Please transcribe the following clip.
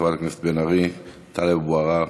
חברת הכנסת בן ארי, טלב אבו עראר,